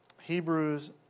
Hebrews